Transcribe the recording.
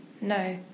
No